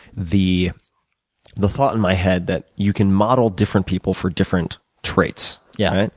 the the thought in my head that you can model different people for different traits, yeah right?